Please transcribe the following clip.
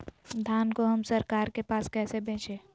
धान को हम सरकार के पास कैसे बेंचे?